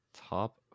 Top